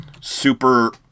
super